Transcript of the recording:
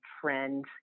trend